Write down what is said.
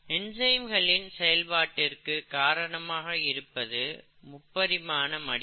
என்சைம்களின் செயல்பாட்டிற்கு காரணமாக இருப்பது முப்பரிமான மடிப்பு